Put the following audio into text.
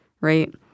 right